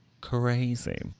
crazy